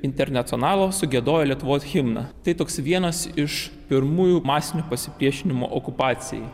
internacionalo sugiedojo lietuvos himną tai toks vienas iš pirmųjų masinių pasipriešinimo okupacijai